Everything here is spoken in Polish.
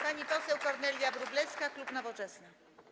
Pani poseł Kornelia Wróblewska, klub Nowoczesna.